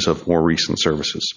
s of more recent services